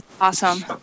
awesome